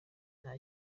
nta